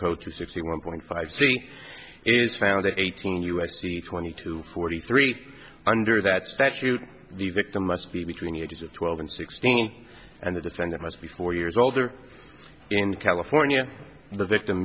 code two sixty one point five c is found in eighteen u s c twenty two forty three under that statute the victim must be between the ages of twelve and sixteen and the defendant must be four years older in california the victim